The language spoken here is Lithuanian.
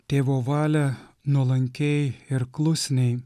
tėvo valią nuolankiai ir klusniai